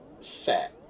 set